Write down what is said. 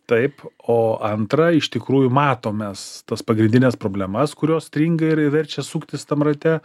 taip o antra iš tikrųjų matom mes tas pagrindines problemas kurios stringa ir ir verčia suktis tam rate